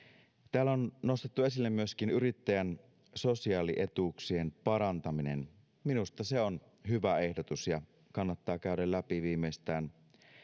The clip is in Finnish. täällä on nostettu esille myöskin yrittäjän sosiaalietuuksien parantaminen minusta se on hyvä ehdotus ja kannattaa käydä läpi viimeistään